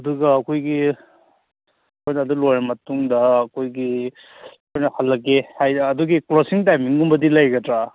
ꯑꯗꯨꯒ ꯑꯩꯈꯣꯏꯒꯤ ꯑꯩꯈꯣꯏꯅ ꯑꯗꯨ ꯂꯣꯏꯔ ꯃꯇꯨꯡꯗ ꯑꯩꯈꯣꯏꯒꯤ ꯑꯩꯈꯣꯏꯅ ꯍꯜꯂꯒꯦ ꯍꯥꯏꯔ ꯑꯗꯨꯒꯤ ꯀ꯭ꯂꯣꯖꯤꯡ ꯇꯥꯏꯃꯤꯡꯒꯨꯝꯕꯗꯤ ꯂꯩꯒꯗ꯭ꯔꯥ